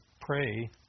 pray